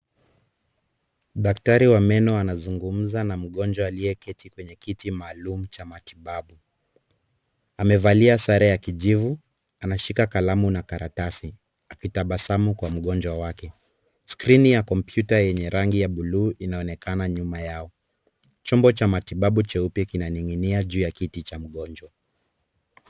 Daktari wa meno anazungumza na mgonjwa aliyeketi kwenye kiti maalum cha matibabu. Amevalia sare ya kijivu, anashika kalamu na karatasi akitabasamu kwa mgonjwa wake. Skrini ya kompyuta yenye rangi ya bluu inaonekana nyuma yao. Chombo cha matibabu cheupe kinaning'inia juu ya kiti cha mgonjwa.